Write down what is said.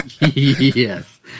Yes